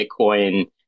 Bitcoin